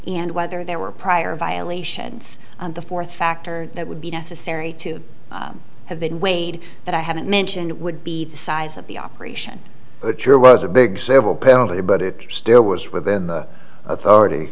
and whether there were prior violations the fourth factor that would be necessary to have been weighed that i haven't mentioned would be the size of the operation but your was a big civil penalty but it still was within the authority